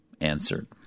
answered